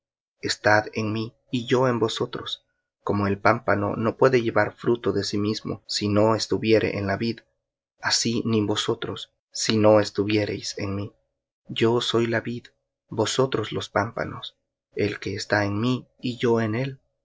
estad en mí y yo en vosotros como el pámpano no puede llevar fruto de sí mismo si no estuviere en la vid así ni vosotros si no estuviereis en mí yo soy la vid vosotros los pámpanos el que está en mí y yo en él